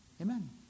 amen